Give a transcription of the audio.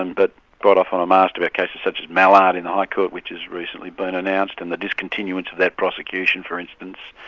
and but often i'm asked about cases such as mallard in the high court which has recently been announced and the discontinuance of that prosecution for instance,